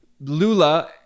Lula